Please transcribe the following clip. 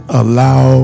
allow